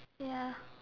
ya